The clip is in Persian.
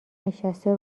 نشسته